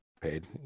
paid